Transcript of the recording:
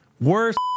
worst